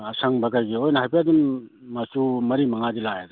ꯑꯁꯪꯕ ꯀꯔꯤ ꯀꯔꯤ ꯂꯣꯏꯅ ꯍꯥꯏꯐꯦꯠ ꯑꯗꯨꯝ ꯃꯆꯨ ꯃꯔꯤ ꯃꯉꯥꯗꯤ ꯂꯥꯛꯑꯦ